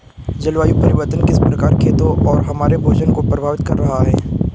जलवायु परिवर्तन किस प्रकार खेतों और हमारे भोजन को प्रभावित कर रहा है?